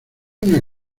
una